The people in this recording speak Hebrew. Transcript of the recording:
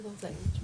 לא, זה בסדר.